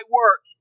work